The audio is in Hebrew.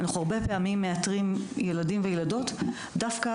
אנחנו הרבה פעמים מאתרים ילדים וילדות דווקא